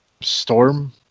storm